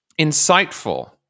insightful